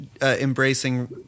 embracing